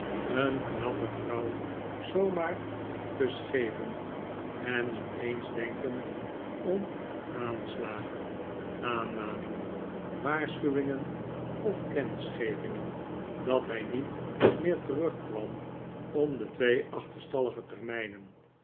een knappe vrouw zoo maar een kus gevend en niet eens denkend om aanslagen aanmaningen waarschuwingen of kennisgevingen dat hij niet meer terugkwam om de twee achterstallige termijnen